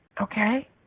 okay